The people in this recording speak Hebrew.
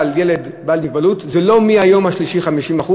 ילד בעל מגבלות לא יהיה מהיום השלישי 50%,